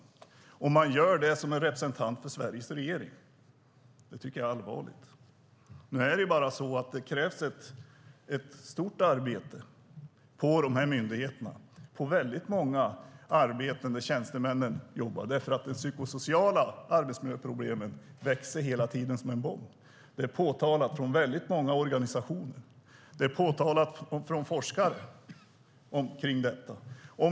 Det är allvarligt om man gör det som en representant för Sveriges regering. Det krävs ett stort arbete på myndigheterna och väldigt många ställen där tjänstemän arbetar. De psykosociala arbetsmiljöproblemen växer hela tiden och blir en bomb. Det är påtalat från väldigt många organisationer och forskare om detta.